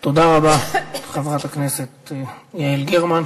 תודה רבה, חברת הכנסת יעל גרמן.